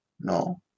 No